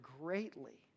greatly